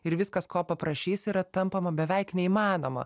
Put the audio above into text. ir viskas ko paprašys yra tampama beveik neįmanoma